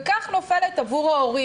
כך נופלת עבור ההורים,